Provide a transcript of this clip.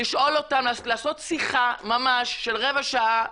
לעשות שיחה ממש של רבע שעה,